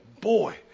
Boy